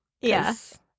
Yes